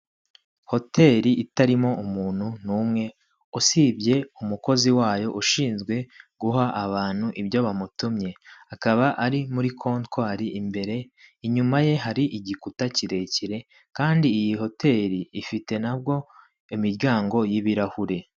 Hoteri itarimo umuntu n'umwe usibye umukozi wayo ushinzwe guha abantu ibyo bamutumye, akaba ari muri kontwari imbere, inyuma ye hari igikuta kirekire kandi iyi hoteri ifite nabwo imiryango y'ibirahure.